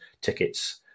tickets